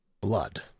Blood